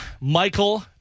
Michael